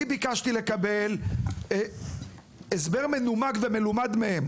אני ביקשתי לקבל הסבר מנומק ומלומד מהם.